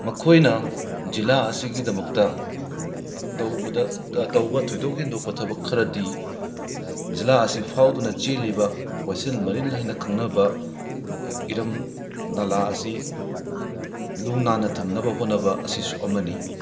ꯃꯥꯈꯣꯏꯅ ꯖꯤꯂꯥ ꯑꯁꯤꯒꯤꯗꯃꯛꯇ ꯇꯧꯕꯗ ꯇ ꯇꯧꯕ ꯊꯣꯏꯗꯣꯛ ꯍꯦꯟꯗꯣꯛꯄ ꯊꯕꯛ ꯈꯔꯗꯤ ꯖꯤꯂꯥ ꯑꯁꯤ ꯐꯥꯎꯗꯨꯅ ꯆꯦꯜꯂꯤꯕ ꯋꯥꯏꯁꯦꯜ ꯃꯔꯤꯜ ꯍꯥꯏꯅ ꯈꯪꯅꯕ ꯏꯔꯝ ꯅꯂꯥ ꯑꯁꯤ ꯂꯨ ꯅꯥꯟꯅ ꯊꯝꯅꯕ ꯍꯣꯠꯅꯕ ꯑꯁꯤꯁꯨ ꯑꯃꯅꯤ